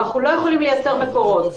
אנחנו לא יכולים לייצר מקורות.